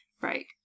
Right